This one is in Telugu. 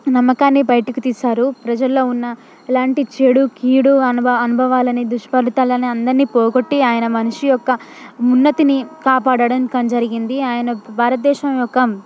నమ్మకాన్ని బయటకు తీసారు ప్రజల్లో ఉన్న ఇలాంటి చెడు కీడు అనుభవ అనుభవాలని దుష్పలితాలని అందరినీ పోగొట్టి ఆయన మనిషి యొక్క ఉన్నతిని కాపాడటం కాన్ జరిగింది ఆయన భారత దేశం యొక్క